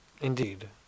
Indeed